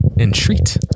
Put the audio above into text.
entreat